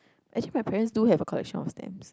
actually my parents do have a collection of stamps